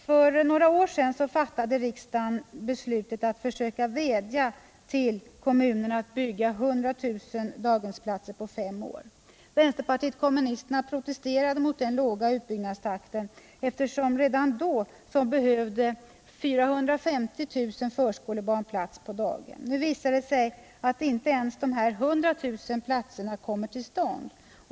För några år sedan fattade riksdagen beslutet att försöka vädja till kommunerna att bygga 100 000 daghemsplatser på fem år. Vänsterpartiet kommunisterna protesterade mot den låga utbyggnadstakten, eftersom redan då 450 000 förskolebarn behövde plats på daghem. Nu visar det sig att inte ens dessa 100 000 platser kommer till stånd.